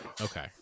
Okay